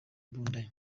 imbunda